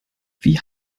wie